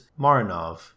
marinov